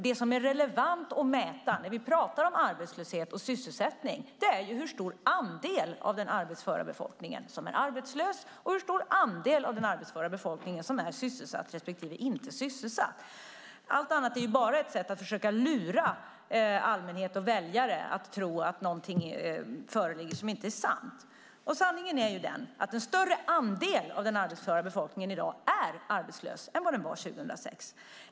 Det som är relevant att mäta när vi pratar om arbetslöshet och sysselsättning är hur stor andel av den arbetsföra befolkningen som är arbetslös och hur stor andel av den arbetsföra befolkningen som är sysselsatt respektive inte sysselsatt. Allt annat är bara ett sätt att försöka lura allmänhet och väljare att tro att någonting föreligger som inte är sant. Sanningen är den att en större andel av den arbetsföra befolkningen är arbetslös i dag än 2006.